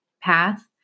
path